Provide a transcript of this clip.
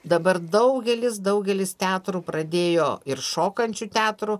dabar daugelis daugelis teatrų pradėjo ir šokančių teatrų